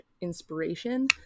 inspiration